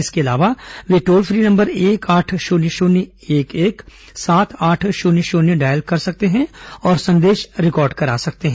इसके अलावा वे टॉल फ्री नंबर एक आठ शून्य शून्य एक एक सात आठ शून्य शून्य डायल कर सकते हैं और संदेश रिकॉर्ड करा सकते हैं